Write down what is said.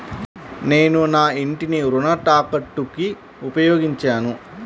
నేను నా ఇంటిని రుణ తాకట్టుకి ఉపయోగించాను